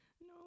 no